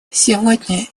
сегодня